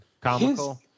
comical